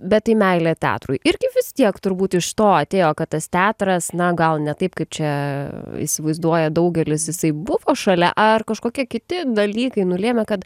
bet tai meilė teatrui irgi vis tiek turbūt iš to atėjo kad tas teatras na gal ne taip kaip čia įsivaizduoja daugelis jisai buvo šalia ar kažkokie kiti dalykai nulėmė kad